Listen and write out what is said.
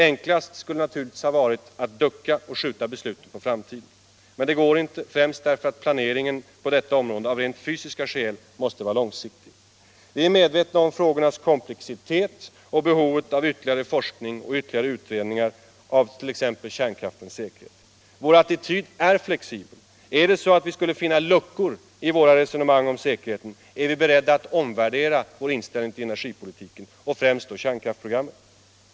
Enklast skulle det naturligtvis ha varit att ducka och skjuta besluten på framtiden. Men det går inte, främst därför att planeringen på detta område av rent fysiska skäl måste vara långsiktig. Vi är medvetna om frågornas komplexitet och behovet av ytterligare forskning och ytterligare utredningar av t.ex. kärnkraftens säkerhet. Vår attityd är flexibel. Skulle vi finna luckor i våra resonemang om säkerheten, är vi beredda att omvärdera vår inställning till energipolitiken, och främst kärnkraftsprogrammet.